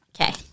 Okay